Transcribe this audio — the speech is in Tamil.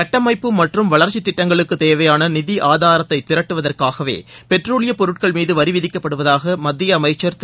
கட்டமைப்பு மற்றும் வளர்ச்சித் திட்டங்களுக்குத் தேவையான நிதி ஆதாரத்தை திரட்டுவதற்காகவே பெட்ரோலிய பொருட்கள் மீது வரி விதிக்கப்படுவதாக மத்திய அமைச்சர் திரு